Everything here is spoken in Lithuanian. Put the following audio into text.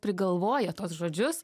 prigalvoja tuos žodžius